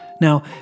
Now